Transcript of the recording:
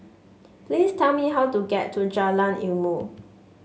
please tell me how to get to Jalan Ilmu